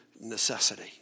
necessity